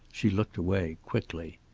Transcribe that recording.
she looked away quickly.